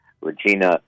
Regina